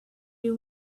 you